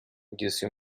disse